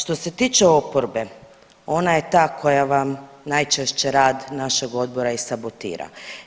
Što se tiče oporbe ona je ta koja vam najčešće rad našeg odbora i sabotira.